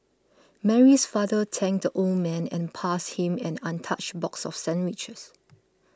Mary's father thanked the old man and passed him an untouched box of sandwiches